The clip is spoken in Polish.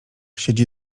siedzi